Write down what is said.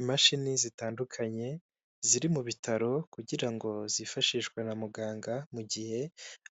Imashini zitandukanye ziri mu bitaro kugira ngo zifashishwe na muganga mu gihe